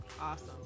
Awesome